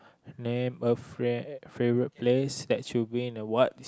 name a fr~ favourite place that you've been and what